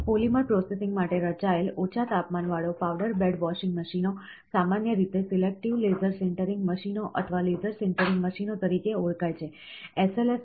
polymer processing માટે રચાયેલ ઓછા તાપમાનવાળો પાવડર બેડ વોશિંગ મશીનો સામાન્ય રીતે સિલેક્ટિવ લેસર સિન્ટરિંગ મશીનો અથવા લેસર સિન્ટરિંગ મશીનો તરીકે ઓળખાય છે